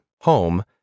Home